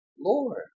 Lord